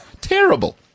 Terrible